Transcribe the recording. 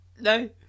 No